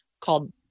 called